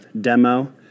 demo